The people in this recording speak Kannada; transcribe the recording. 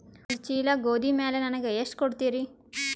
ಒಂದ ಚೀಲ ಗೋಧಿ ಮ್ಯಾಲ ನನಗ ಎಷ್ಟ ಕೊಡತೀರಿ?